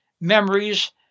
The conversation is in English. memories